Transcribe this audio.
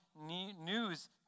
news